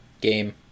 Game